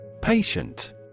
Patient